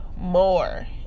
more